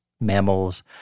mammals